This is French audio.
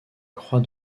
croix